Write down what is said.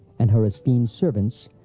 and her esteemed servants,